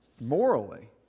morally